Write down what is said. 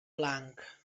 blanc